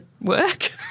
work